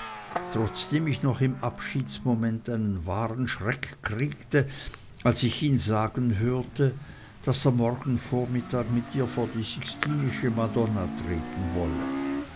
trotzdem ich noch im abschiedsmoment einen wahren schreck kriegte als ich ihn sagen hörte daß er morgen vormittag mit ihr vor die sixtinische madonna treten wolle